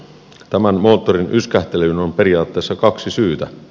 tämän moottorin yskähtelyyn on periaatteessa kaksi syytä